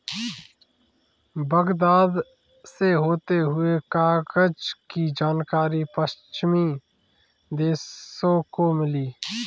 Baghdad से होते हुए कागज की जानकारी पश्चिमी देशों को मिली